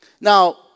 Now